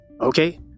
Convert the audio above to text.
Okay